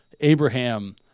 Abraham